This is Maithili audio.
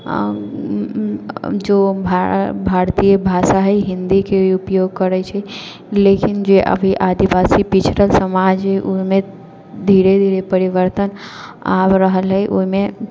जो भारतीय भाषा हइ हिंदीके भी उपयोग करैत छै लेकिन जे अभी आदिवासी पिछड़ल समाज ओहिमे धीरे धीरे परिवर्तन आबि रहल यऽ ओहिमे